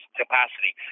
capacity